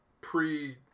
pre